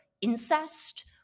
incest